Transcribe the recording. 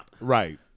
Right